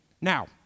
Now